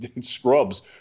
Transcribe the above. scrubs